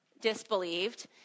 disbelieved